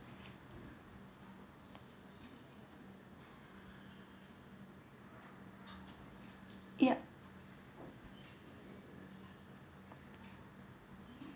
yup